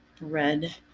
Red